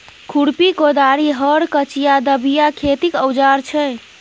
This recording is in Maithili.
खुरपी, कोदारि, हर, कचिआ, दबिया खेतीक औजार छै